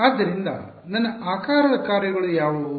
ಆದ್ದರಿಂದ ನನ್ನ ಆಕಾರದ ಕಾರ್ಯಗಳು ಯಾವುವು